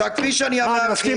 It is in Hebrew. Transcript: כפי שאמרתי,